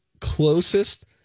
closest